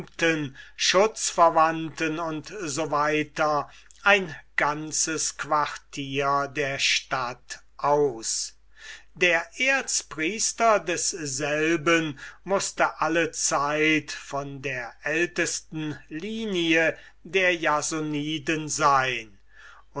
schutzverwandten u s w ein ganzes quartier der stadt aus der erzpriester desselben mußte allezeit von der ältesten linie der jasoniden sein